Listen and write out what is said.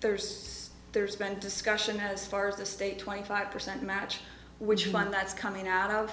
there's there's been discussion has fars the state twenty five percent match which one that's coming out of